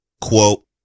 Quote